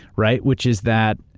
right? which is that